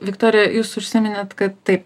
viktorija jūs užsiminėt kad tai